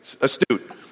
astute